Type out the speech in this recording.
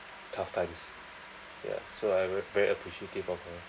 tough times ya so I rea~ very appreciative of her